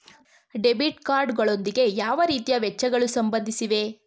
Debit card ಗಳೊಂದಿಗೆ ಯಾವ ರೀತಿಯ ವೆಚ್ಚಗಳು ಸಂಬಂಧಿಸಿವೆ?